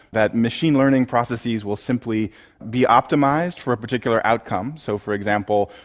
that machine learning processes will simply be optimised for a particular outcome. so, for example,